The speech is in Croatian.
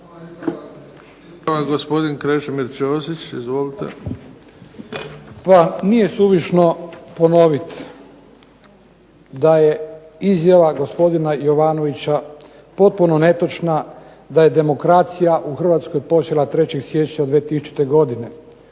Pa nije suvišno ponoviti da je izjava gospodina Jovanovića potpuno netočna, da je demokracija u Hrvatskoj počela 3. siječnja 2000. godine.